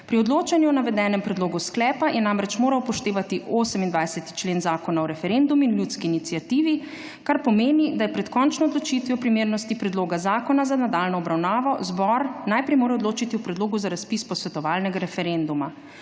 Pri odločanju o navedenem predlogu sklepa je namreč moral upoštevati 28. člen Zakona o referendumu in ljudski iniciativi, kar pomeni, da mora pred končno odločitvijo o primernosti predloga zakona za nadaljnjo obravnavo zbor najprej odločiti o predlogu za razpis posvetovalnega referenduma.